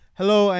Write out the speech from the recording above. Hello